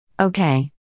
Okay